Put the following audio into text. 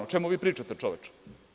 O čemu vi pričate, čoveče?